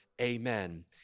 Amen